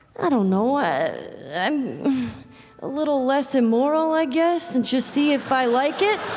i don't know, ah um a little less immoral, i guess, and just see if i like it.